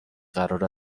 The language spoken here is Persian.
قرار